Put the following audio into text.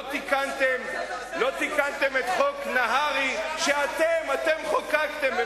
לא תיקנתם את חוק נהרי שאתם חוקקתם,